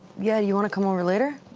yeah, you want to come over later?